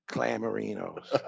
Clamorinos